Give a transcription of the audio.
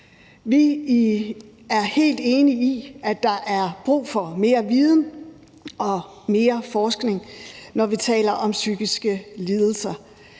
Vi er helt enige i, at der er brug for mere viden og forskning, når vi taler om psykiske lidelser.